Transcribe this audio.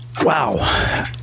Wow